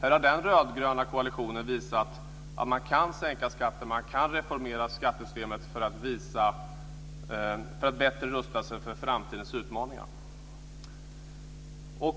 Där har den rödgröna koalitionen visat att man kan sänka skatten och reformera skattesystemet för att bättre rusta sig för framtidens utmaningar.